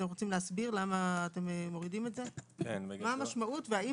תסבירו מה המשמעות והאם